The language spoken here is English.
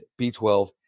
B12